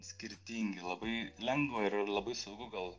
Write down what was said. skirtingi labai lengva ir labai saugu gal